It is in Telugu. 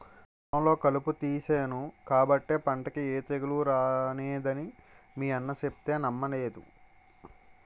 పొలంలో కలుపు తీసేను కాబట్టే పంటకి ఏ తెగులూ రానేదని మీ అన్న సెప్తే నమ్మలేదు